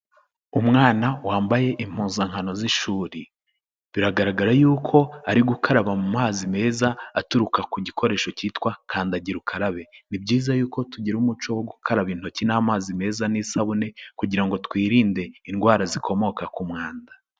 Umwana wambaye impuzankano z'ishuri, biragaragara yuko ari gukaraba mu mazi meza aturuka ku gikoresho cyitwa kandagira ukarabe, ni byiza yuko tugira umuco wo gukaraba intoki n'amazi meza n'isabune kugira ngo twirinde indwara zikomoka ku mwanda.